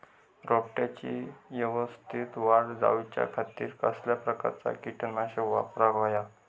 रोपट्याची यवस्तित वाढ जाऊच्या खातीर कसल्या प्रकारचा किटकनाशक वापराक होया?